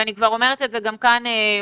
ואני כבר אומרת את זה גם כאן מולך,